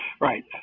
Right